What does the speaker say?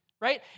right